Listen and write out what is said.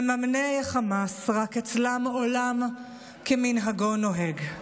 מממני חמאס, רק אצלם עולם כמנהגו נוהג.